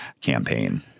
campaign